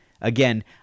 Again